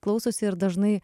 klausosi ir dažnai